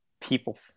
people